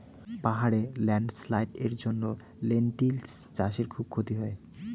পাহাড়ে ল্যান্ডস্লাইডস্ এর জন্য লেনটিল্স চাষে খুব ক্ষতি হয়